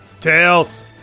Tails